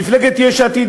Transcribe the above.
מפלגת יש עתיד,